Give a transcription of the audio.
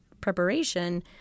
preparation